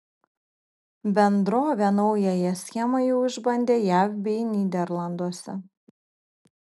bendrovė naująją schema jau išbandė jav bei nyderlanduose